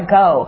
go